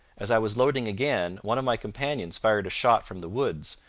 as i was loading again, one of my companions fired a shot from the woods,